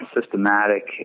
systematic